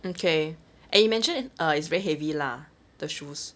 mm okay eh mention is uh it's very heavy lah the shoes